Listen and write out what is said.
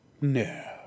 No